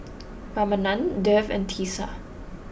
Ramanand Dev and Teesta